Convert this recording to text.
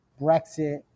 Brexit